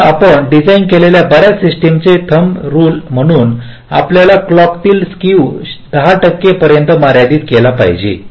म्हणून आपण डिझाइन केलेल्या बर्याच सिस्टम च्या थंब रुल म्हणून आपल्याला क्लॉकतील स्केव 10 टक्के पर्यंत मर्यादित केले पाहिजे